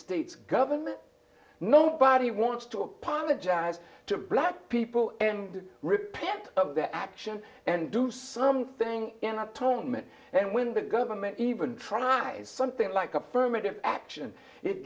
states government nobody wants to apologize to black people and repent of their action and do something in a tone meant and when the government even tries something like affirmative action it